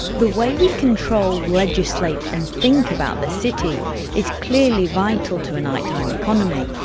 the way we control legislate and think about the city is clearly vital to a night-time economy.